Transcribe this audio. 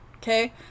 Okay